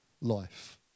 life